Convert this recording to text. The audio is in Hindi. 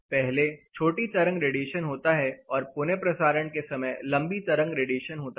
पहले छोटी तरंग रेडिएशन होता है और पुनः प्रसारण के समय लंबी तरंग रेडिएशन होता है